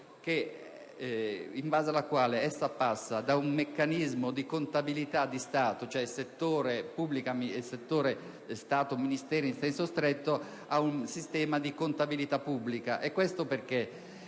in base alla quale si passa da un meccanismo di contabilità di Stato, cioè settore Stato‑Ministeri in senso stretto, ad un sistema di contabilità pubblica.